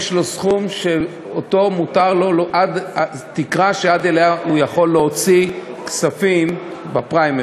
יש לו סכום תקרה שעד אליו הוא יכול להוציא כספים בפריימריז.